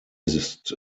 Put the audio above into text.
ist